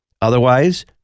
Otherwise